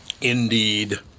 Indeed